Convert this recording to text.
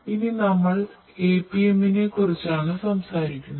ഇനി നമ്മൾ APM നെ കുറിച്ചാണ് സംസാരിക്കുന്നത്